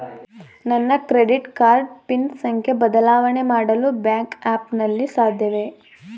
ನನ್ನ credit card pin ಸಂಖ್ಯೆ ಬದಲಾವಣೆ ಮಾಡಲು ಬ್ಯಾಂಕ್ ಆ್ಯಪ್ ನಲ್ಲಿ ಸಾಧ್ಯವೇ?